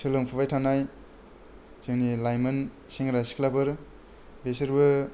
सोलोंफुबाय थानाय जोंनि लाइमोन सेंग्रा सिख्लाफोर बिसोरबो